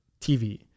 TV